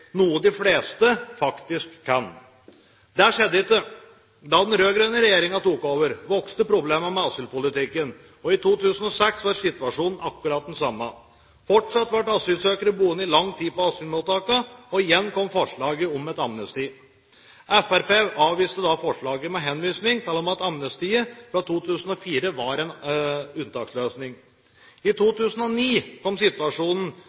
noe de fleste faktisk kan. Det skjedde ikke. Da den rød-grønne regjeringen tok over, vokste problemene med asylpolitikken, og i 2006 var situasjonen akkurat den samme. Fortsatt ble asylsøkere boende i lang tid på mottakene, og igjen kom forslaget om et amnesti. Fremskrittspartiet avviste da forslaget med en henvisning til at amnestiet fra 2004 var en unntaksløsning. I 2009 kom situasjonen